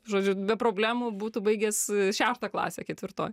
žodžiu be problemų būtų baigęs šeštą klasę ketvirtoj